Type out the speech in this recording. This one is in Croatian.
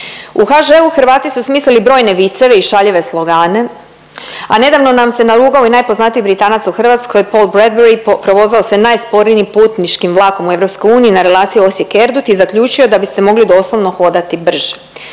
U HŽ-u Hrvati su smislili brojne viceve i šaljive slogane, a nedavno nam se narugao i najpoznatiji Britanac u Hrvatskoj Paul Bradbury provozao se najsporijim putničkim vlakom u EU na relaciji Osijek-Erudt i zaključio da biste mogli doslovno hodati brže.